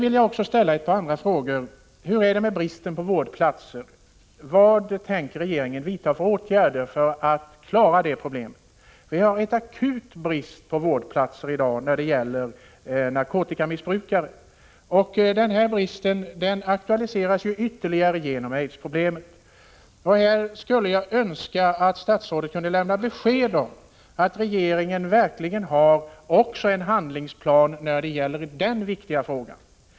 Jag skulle vilja ställa ett par andra frågor. Hur är det t.ex. med bristen på vårdplatser? Vad tänker regeringen vidta för åtgärder för att klara det problemet? Vi har en akut brist på vårdplatser i dag när det gäller narkotikamissbrukare. Denna brist aktualiseras ytterligare genom aidsproblemet. Jag skulle önska att statsrådet kunde lämna besked om att regeringen verkligen har en handlingsplan också när det gäller denna viktiga fråga.